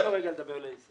תן לו רגע לדבר, לאיסי.